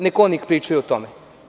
Neka oni pričaju o tome.